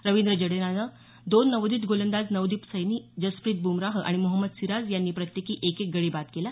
रवींद्र जडेजानं दोन तर नवोदित गोलंदाज नवदीप सैनी जसप्रीत बुमराह आणि मोहम्मद सिराज यांनी प्रत्येकी एक एक गडी बाद केला